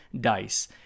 dice